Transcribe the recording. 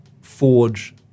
forge